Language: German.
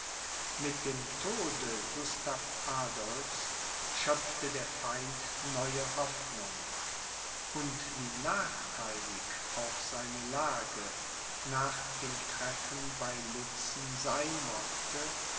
mit dem tode gustav adolphs schöpfte der feind neue hoffnung und wie nachtheilig auch seine lage nach dem treffen bei lützen sein mochte